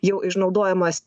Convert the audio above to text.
jau išnaudojamas